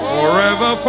Forever